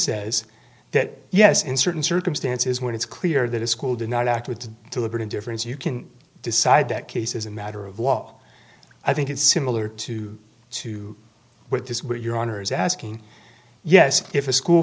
says that yes in certain circumstances when it's clear that a school did not act with deliberate indifference you can decide that case as a matter of law i think is similar to to with this what your honour's asking yes if a school